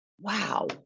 wow